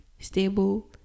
stable